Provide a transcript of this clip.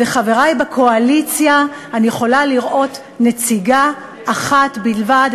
וחברי בקואליציה אני יכולה לראות נציגה אחת בלבד,